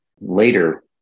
Later